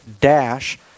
dash